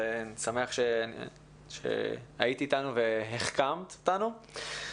אני שמח שהיית אתנו והחכמת אותנו.